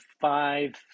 five